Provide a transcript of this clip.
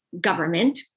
government